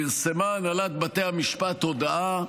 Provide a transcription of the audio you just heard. פרסמה הנהלת בתי המשפט הודעה,